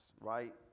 right